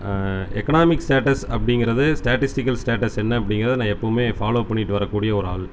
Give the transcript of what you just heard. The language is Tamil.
எக்கனாமிக்ஸ் ஸ்டேட்டஸ் அப்படிங்கிறது ஸ்டேடிஸ்ட்டிக்கல் ஸ்டேட்டஸ் என்ன அப்படிங்கிறத நான் எப்பவுமே ஃபாலோ பண்ணிக்கிட்டு வரக் கூடிய ஒரு ஆள்